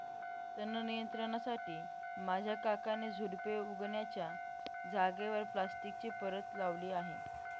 तण नियंत्रणासाठी माझ्या काकांनी झुडुपे उगण्याच्या जागेवर प्लास्टिकची परत लावली आहे